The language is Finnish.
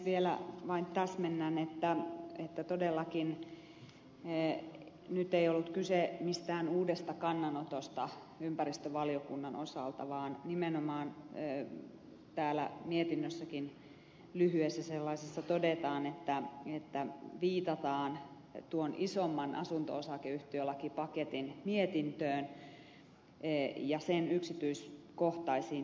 vielä vain täsmennän että todellakaan nyt ei ollut kyse mistään uudesta kannanotosta ympäristövaliokunnan osalta vaan nimenomaan täällä mietinnössäkin lyhyessä sellaisessa todetaan että viitataan tuon isomman asunto osakeyhtiölakipaketin mietintöön ja sen yksityiskohtaisiin perusteluihin